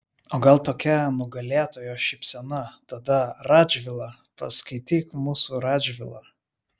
o gal tokia nugalėtojo šypsena tada radžvilą paskaityk mūsų radžvilą